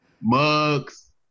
mugs